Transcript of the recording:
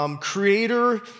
Creator